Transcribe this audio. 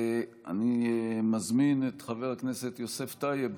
אני מזמין את חבר הכנסת יוסף טייב,